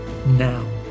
Now